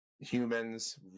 humans